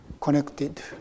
connected